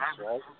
right